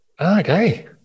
Okay